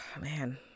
man